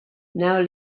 now